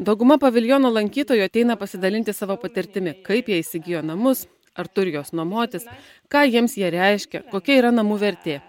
dauguma paviljono lankytojų ateina pasidalinti savo patirtimi kaip jie įsigijo namus ar turi juos nuomotis ką jiems jie reiškia kokia yra namų vertė